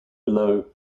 below